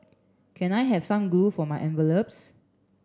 can I have some glue for my envelopes